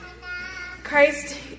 Christ